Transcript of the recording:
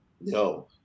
no